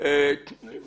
אמנם